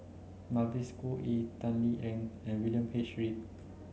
Mavis Khoo Oei Tan Lee Leng and William H Read